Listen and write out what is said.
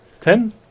Ten